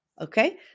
Okay